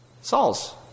Saul's